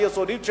היסודית,